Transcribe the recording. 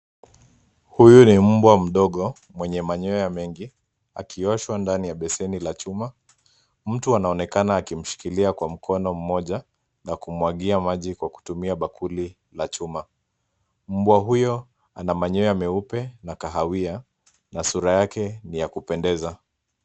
Huyu ni mbwa mdogo, mwenye manyoya mengi akioshwa ndani ya beseni la chuma. Mtu anaonekana akimshikilia kwa mkono mmoja na kummwagia maji kwa kutumia bakuli la chuma. Mbwa huyo ana manyoya meupe na kahawia na sura yake ni ya kupendeza.